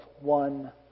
one